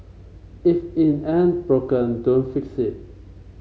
if it ain't broken don't fix it